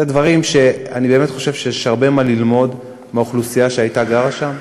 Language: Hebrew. אלה דברים שאני באמת חושב שיש הרבה מה ללמוד מהאוכלוסייה שגרה שם.